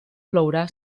plourà